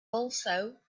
also